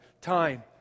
time